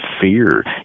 fear